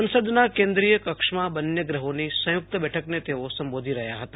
સંસદના કેન્રી ુથ કક્ષમાં બંને ગૃહોની સંયુક્ત બેઠકને તેઓ સંબોધી રહ્યા હતા